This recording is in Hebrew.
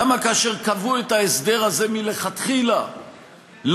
למה כאשר קבעו את ההסדר הזה מלכתחילה לא